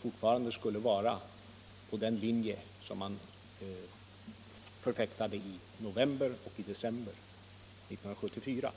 fortfarande skulle hålla fast vid den linje som man företrädde i november och december 1974.